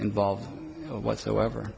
involved whatsoever